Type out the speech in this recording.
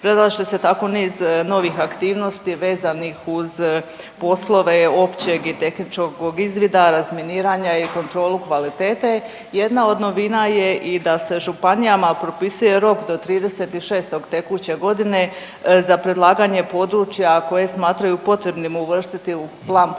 Predlaže se tako niz novih aktivnosti vezanih uz poslove općeg i tehničkog izvida, razminiranja i kontrolu kvalitete. Jedna od novina je i da se županijama propisuje rok do 30.6. tekuće godine za predlaganje područja koje smatraju potrebnim uvrstiti u Plan protuminskog